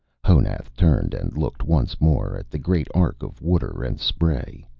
honath turned and looked once more at the great arc of water and spray.